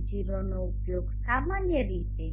AM0 નો ઉપયોગ સામાન્ય રીતે